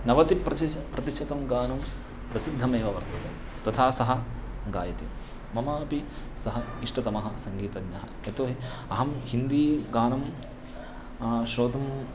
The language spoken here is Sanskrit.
नवतिप्रति प्रतिशतं गानं प्रसिद्धमेव वर्तते तथा सः गायति मम अपि सः इष्टतमः सङ्गीतज्ञः यतोहि अहं हिन्दी गानं श्रोतुं